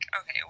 Okay